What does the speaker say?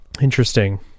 Interesting